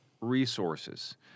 resources